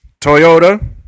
Toyota